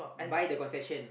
buy the concession